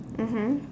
mmhmm